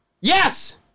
Yes